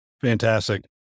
Fantastic